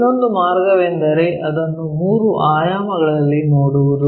ಇನ್ನೊಂದು ಮಾರ್ಗವೆಂದರೆ ಅದನ್ನು ಮೂರು ಆಯಾಮಗಳಲ್ಲಿ ನೋಡುವುದು